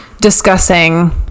discussing